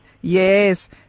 Yes